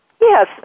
yes